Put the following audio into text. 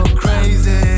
crazy